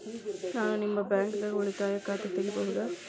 ನಾ ನಿಮ್ಮ ಬ್ಯಾಂಕ್ ದಾಗ ಉಳಿತಾಯ ಖಾತೆ ತೆಗಿಬಹುದ?